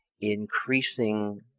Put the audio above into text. increasing